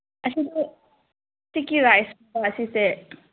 ꯑꯁꯤꯕꯨ ꯏꯁꯇꯤꯀꯤ ꯔꯥꯏꯁꯂꯣ ꯑꯁꯤꯁꯦ